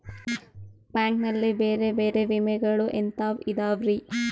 Bank ನಲ್ಲಿ ಬೇರೆ ಬೇರೆ ವಿಮೆಗಳು ಎಂತವ್ ಇದವ್ರಿ?